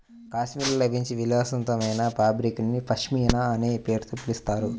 కాశ్మీర్లో లభించే విలాసవంతమైన ఫాబ్రిక్ ని పష్మినా అనే పేరుతో పిలుస్తారు